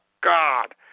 God